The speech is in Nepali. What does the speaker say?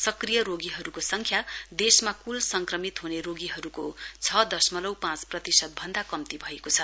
सक्रिय रोगीहरूको संख्या देशमा क्ल संक्रमित ह्ने रोगीहरूको छ दशमलउ पाँच प्रतिशत भन्दा कम्ती भएको छ